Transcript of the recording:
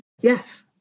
Yes